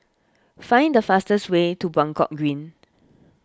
find the fastest way to Buangkok Green